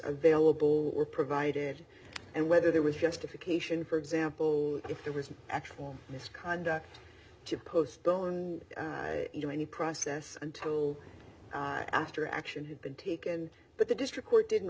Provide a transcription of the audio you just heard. available or provided and whether there was justification for example if there was actual misconduct to postpone any process until after action had been taken but the district court didn't